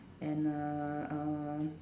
and uh uh